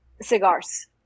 cigars